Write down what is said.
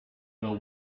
know